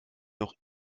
noch